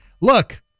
look